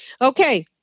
Okay